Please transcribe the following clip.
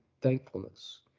thankfulness